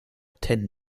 ten